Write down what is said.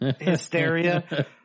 hysteria